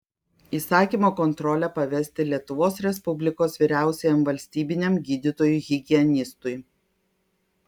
įsakymo kontrolę pavesti lietuvos respublikos vyriausiajam valstybiniam gydytojui higienistui